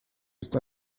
ist